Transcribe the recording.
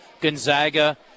Gonzaga